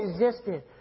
existed